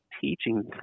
teaching